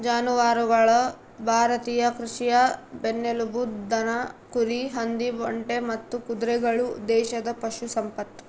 ಜಾನುವಾರುಗಳು ಭಾರತೀಯ ಕೃಷಿಯ ಬೆನ್ನೆಲುಬು ದನ ಕುರಿ ಹಂದಿ ಒಂಟೆ ಮತ್ತು ಕುದುರೆಗಳು ದೇಶದ ಪಶು ಸಂಪತ್ತು